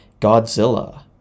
Godzilla